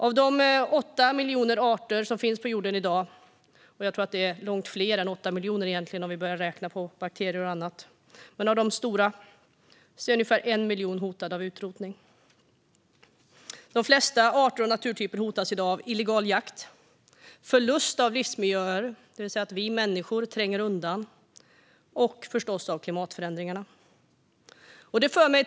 Av de åtta miljoner arter som finns på jorden - egentligen är det nog långt fler om man räknar bakterier och annat, men nu menar jag de stora - är ungefär en miljon hotade av utrotning. Arter och naturtyper hotas i dag mest av illegal jakt, förlust av livsmiljöer - det vill säga att vi människor tränger undan dem - och av klimatförändringarna, förstås.